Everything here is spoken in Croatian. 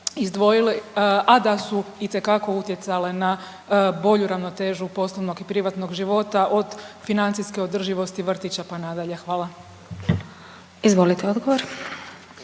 izdvojili a da su itekako utjecale na bolju ravnotežu poslovnog i privatnog život od financijske održivosti vrtića pa nadalje. Hvala. **Glasovac,